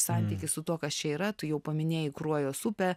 santykį su tuo kas čia yra tu jau paminėjai kruojos upę